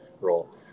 role